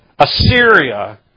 Assyria